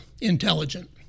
intelligent